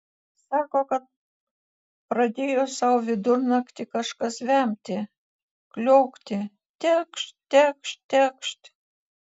sako kad pradėjo sau vidurnaktį kažkas vemti kliokti tekšt tekšt tekšt